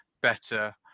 better